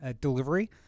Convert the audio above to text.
delivery